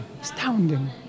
astounding